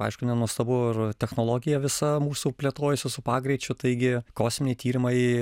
aišku nenuostabu ir technologija visa mūsų plėtojasi su pagreičiu taigi kosminiai tyrimai